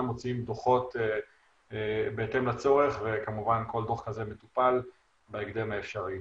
מוציאים דו"חות בהתאם לצורך וכמובן כל דו"ח כזה מטופל בהקדם האפשרי.